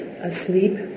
asleep